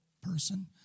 person